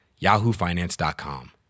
yahoofinance.com